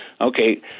Okay